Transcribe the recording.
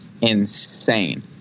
insane